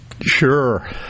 Sure